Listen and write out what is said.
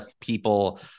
people